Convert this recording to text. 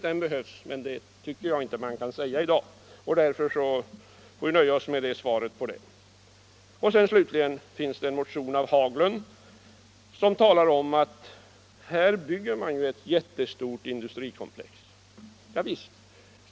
Det är möjligt att en sådan behövs, men jag tycker inte att det går att avgöra det i dag. Slutligen har herr Haglund väckt en motion där det sägs att man här bygger ett jättestort industrikomplex.